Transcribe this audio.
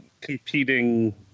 competing